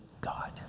God